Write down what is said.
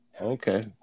Okay